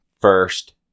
first